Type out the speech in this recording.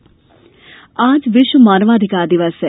मानवाधिकार दिवस आज विश्व मानवाधिकार दिवस है